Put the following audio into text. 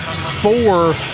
four